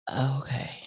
Okay